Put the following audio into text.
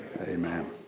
Amen